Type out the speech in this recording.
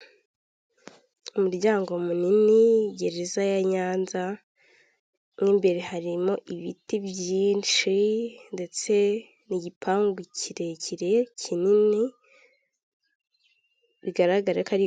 Abantu batandukanye bafite amadapo y'ibara ry'umweru ubururu n'umutuku yanditseho Efuperi bakikije umukuru w'igihugu perezida Paul Kagame wambaye ingofero y'umukara umupira w'umweru, uriho ikirangantego cya efuperi wazamuye akaboko.